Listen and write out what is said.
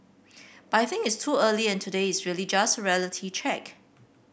but I think it's too early and today is really just reality check